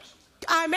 יפה?